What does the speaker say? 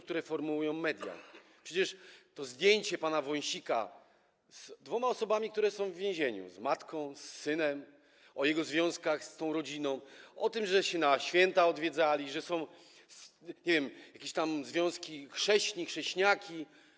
które formułują media - przecież to są zdjęcia pana Wąsika z dwoma osobami, które są w więzieniu, z matką, z synem - o jego związkach z tą rodziną, o tym, że się na święta odwiedzali i że są, nie wiem, jakieś tam inne związki - chrzestni, chrześniaki.